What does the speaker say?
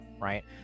right